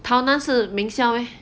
tao nan 是名校 eh